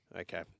Okay